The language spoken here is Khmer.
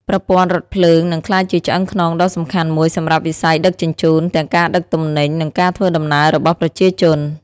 ប្រព័ន្ធរថភ្លើងនឹងក្លាយជាឆ្អឹងខ្នងដ៏សំខាន់មួយសម្រាប់វិស័យដឹកជញ្ជូនទាំងការដឹកទំនិញនិងការធ្វើដំណើររបស់ប្រជាជន។